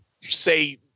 say